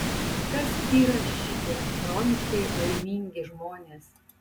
kas yra šitie chroniškai laimingi žmonės